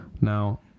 Now